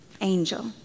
Angel